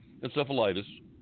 encephalitis